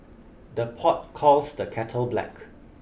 the pot calls the kettle black